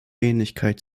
ähnlichkeit